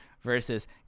versus